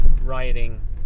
writing